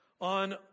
on